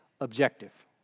objective